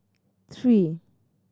three